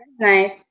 nice